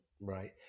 right